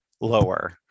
lower